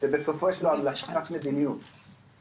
שבסופו יש לו המלצת מדיניות אבל